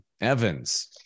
Evans